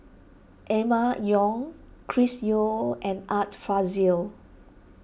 Emma Yong Chris Yeo and Art Fazil